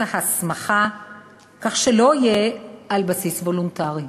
ההסמכה כך שלא יהיה על בסיס וולונטרי.